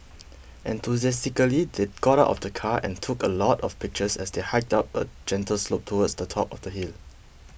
enthusiastically they got out of the car and took a lot of pictures as they hiked up a gentle slope towards the top of the hill